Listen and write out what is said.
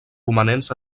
romanents